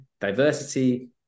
diversity